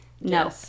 no